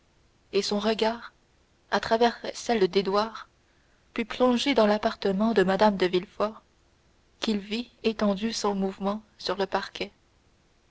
et son regard à travers celle d'édouard put plonger dans l'appartement de mme de villefort qu'il vit étendue sans mouvement sur le parquet